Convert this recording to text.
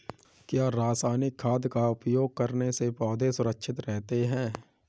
क्या रसायनिक खाद का उपयोग करने से पौधे सुरक्षित रहते हैं?